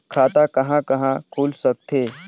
खाता कहा कहा खुल सकथे?